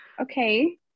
Okay